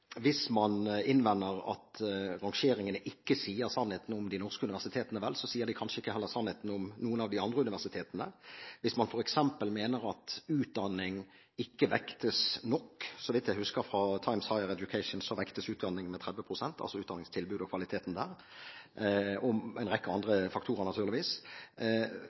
Hvis man innvender at rangeringene ikke sier sannheten om de norske universitetene, så sier de kanskje heller ikke sannheten om noen av de andre universitetene. Hvis man f.eks. mener at utdanning ikke vektes nok – så vidt jeg husker fra Times Higher Education, vektes utdanningstilbudet og kvaliteten med 30 pst., samt en rekke andre faktorer naturligvis